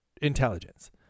intelligence